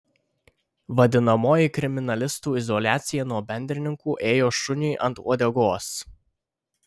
vadinamoji kriminalistų izoliacija nuo bendrininkų ėjo šuniui ant uodegos